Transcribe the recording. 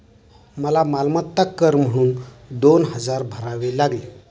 मला मालमत्ता कर म्हणून दोन हजार भरावे लागले